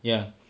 ya